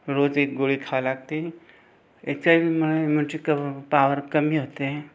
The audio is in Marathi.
रोज एक गोळी खावी लागते एच आय वीमुळे म्हणजे पॉवर कमी होते